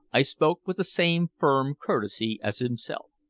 i spoke with the same firm courtesy as himself.